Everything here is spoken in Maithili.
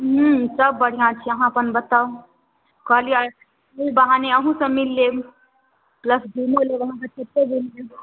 हूँ सभ बढ़िआँ छी अहाँ अपन बताउ कहलियै अहि बहाने अहुँसँ मिल लेब प्लस घुमिओ लेब अहाँ